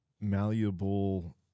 malleable